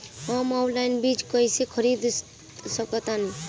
हम ऑनलाइन बीज कईसे खरीद सकतानी?